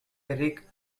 eric